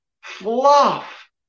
fluff